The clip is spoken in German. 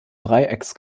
dreiecks